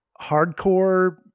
hardcore